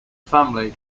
family